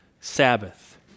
Sabbath